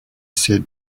said